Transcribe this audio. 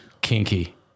Kinky